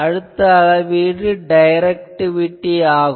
அடுத்த அளவீடு டைரக்டிவிட்டி ஆகும்